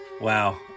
Wow